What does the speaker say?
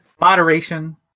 Moderation